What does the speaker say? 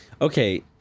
Okay